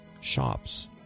shops